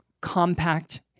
compact